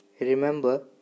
Remember